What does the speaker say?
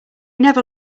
never